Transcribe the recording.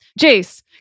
Jace